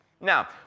Now